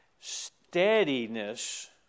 Steadiness